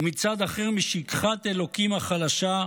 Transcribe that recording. ומצד אחר משכחת אלוקים החלשה,